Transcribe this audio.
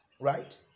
Right